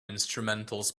instrumentals